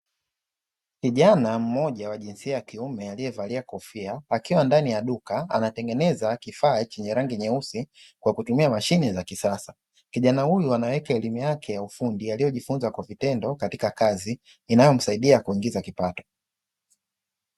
Kijana mmoja wa jinsia ya kiume aliyevalia kofia akiwa ndani ya duka anatengeneza kifaa chenye rangi nyeusi kwa kutumia mashine za kisasa. Kijana huyu anaweka elimu yake ya ufundi aliyojifunza kwa vitendo katika kazi inayomsaidia kuingiza kipato.